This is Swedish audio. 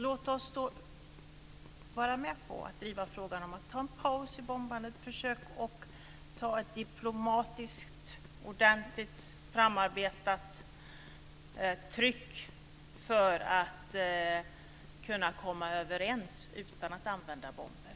Låt oss instämma i uppmaningen om en paus i bombandet och utöva ett ordentligt diplomatiskt framarbetat tryck för att man ska kunna komma överens utan att använda bomber.